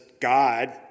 God